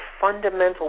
fundamental